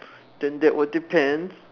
then that would depends